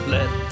Let